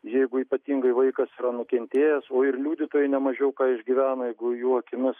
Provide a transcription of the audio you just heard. jeigu ypatingai vaikas yra nukentėjęs o ir liudytojai nemažiau ką išgyvena jeigu jų akimis